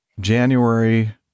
January